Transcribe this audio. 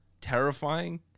terrifying